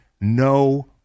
No